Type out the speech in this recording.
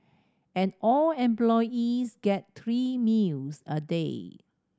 and all employees get three meals a day